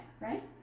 right